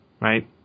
right